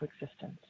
existence